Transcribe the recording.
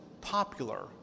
popular